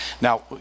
now